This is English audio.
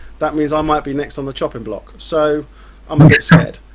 that means i might be next on the chopping block so i'm a bit scared.